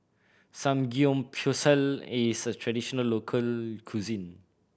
samgeyopsal is a traditional local cuisine